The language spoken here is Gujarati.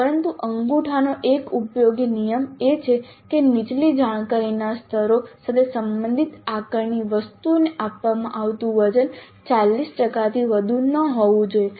પરંતુ અંગૂઠાનો એક ઉપયોગી નિયમ એ છે કે નીચલી જાણકારીના સ્તરો સાથે સંબંધિત આકારણી વસ્તુઓને આપવામાં આવતું વજન 40 ટકાથી વધુ ન હોવું જોઈએ